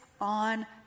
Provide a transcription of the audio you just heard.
on